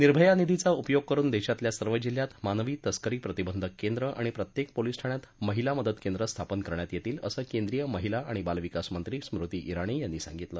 निर्भया निधीचा उपयोग करुन देशातल्या सर्व जिल्ह्यात मानवी तस्करी प्रतिबंधक केंद्र आणि प्रत्येक पोलीस ठाण्यात महिला मदत केंद्र स्थापन करण्यात येतील असं केंद्रीय महिला आणि बालविकास मंत्री स्मृती ित्राणी यांनी सांगितलं